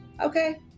Okay